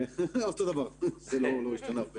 זה לא השתנה הרבה.